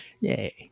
yay